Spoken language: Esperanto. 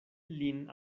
lin